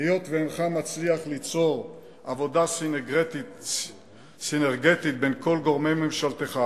היות שאינך מצליח ליצור עבודה סינרגטית בין כל גורמי ממשלתך,